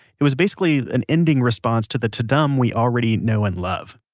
it was basically an ending response to the ta-dum we already know and love,